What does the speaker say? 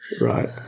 Right